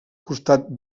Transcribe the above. costat